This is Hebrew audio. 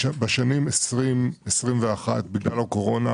בשנים 2020 ו-2021 לא היו רווחים בגלל הקורונה,